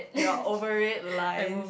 you are over red lies